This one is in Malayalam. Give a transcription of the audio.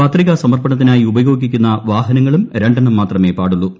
പത്രികാ സമർപ്പണത്തിനായി ഉപയോഗിക്കുന്ന വാഹനങ്ങളും രണ്ടെണ്ണം മാത്രമേ പാടുള്ളൂ